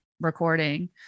recording